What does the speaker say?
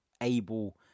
able